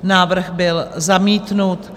Návrh byl zamítnut.